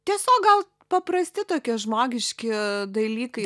tiesiog gal paprasti tokie žmogiški dalykai